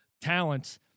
talents